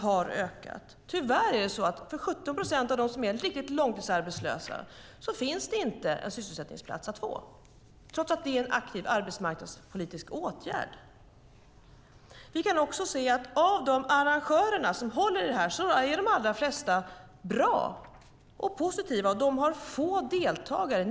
För 17 procent av dem som är riktigt långtidsarbetslösa finns det, tyvärr, inte en sysselsättningsplats att få trots att det är en aktiv arbetsmarknadspolitisk åtgärd. Av de arrangörer som håller i detta är de allra flesta bra och positiva, och de har få deltagare.